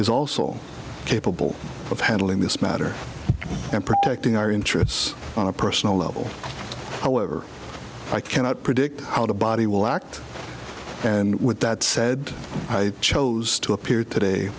is also capable of handling this matter and protecting our interests on a personal level however i cannot predict how the body will act and with that said i chose to appear today